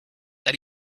that